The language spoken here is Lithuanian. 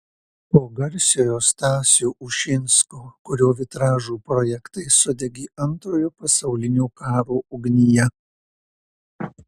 po garsiojo stasio ušinsko kurio vitražų projektai sudegė antrojo pasaulinio karo ugnyje